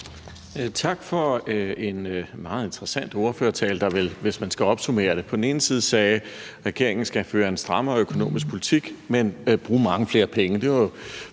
Tak for en meget interessant ordførertale, hvor man, hvis jeg skal opsummere det, sagde, at regeringen skal føre en strammere økonomisk politik, men bruge mange flere penge.